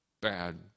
bad